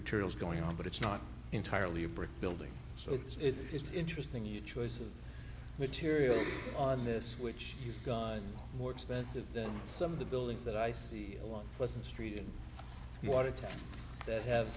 materials going on but it's not entirely a brick building so it is interesting you choice of material on this which you guys more expensive than some of the buildings that i see along with the street in watertown that have